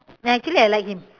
ya actually I like him